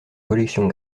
collection